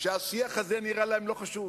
שהשיח הזה נראה להם לא חשוב,